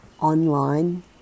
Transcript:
online